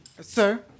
Sir